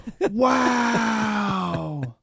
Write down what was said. Wow